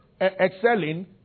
excelling